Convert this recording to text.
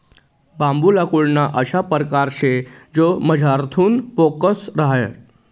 बांबू लाकूडना अशा परकार शे जो मझारथून पोकय रहास